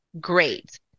Great